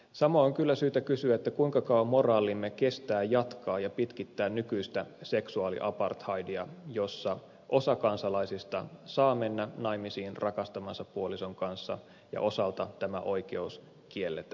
samoin on kyllä syytä kysyä kuinka kauan moraalimme kestää jatkaa ja pitkittää nykyistä seksuaaliapartheidia jossa osa kansalaisista saa mennä naimisiin rakastamansa puolison kanssa ja osalta tämä oikeus kielletään